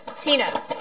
Tina